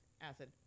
Acid